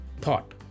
thought